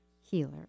Healer